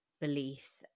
beliefs